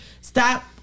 stop